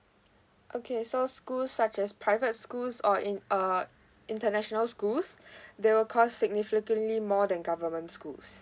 okay so school such as private schools or in uh international schools there will cost significantly more than government schools